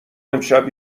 امشب